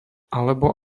alebo